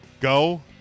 go